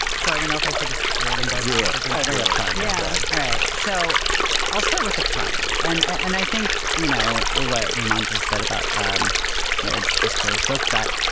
so i don't know if i should just throw them. but do. and i think that's fine. yeah. all right. so i'll start with the pride. and and i think, you know, what raymond just said about um marriage, just really spoke to that,